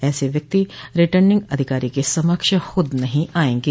ऐसे व्यक्ति रिटर्निंग अधिकारी के समक्ष खुद नहीं आयेंगे